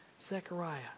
Zechariah